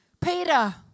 Peter